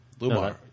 Lumar